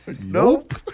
Nope